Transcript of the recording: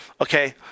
Okay